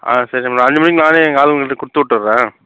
ஆ சரி மேடம் அஞ்சு மணிக்கு நானே எங்கள் ஆளுங்கள்ட்ட கொடுத்துவுட்டுறேன்